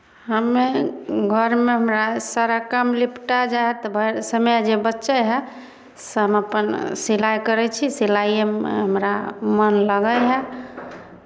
हमे घरमे हमरा सारा काम निपटा जाइ हए तऽ ब् समय जे बचै हए से हम अपन सिलाइ करै छी सिलाइएमे हमरा मोन लगै हए